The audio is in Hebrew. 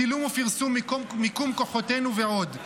צילום ופרסום של מיקום כוחותינו ועוד.